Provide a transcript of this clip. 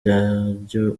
naryo